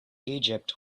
egypt